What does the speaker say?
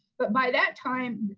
but by that time,